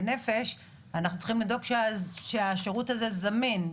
נפש אנחנו צריכים לדאוג שהשירות הזה זמין.